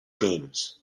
games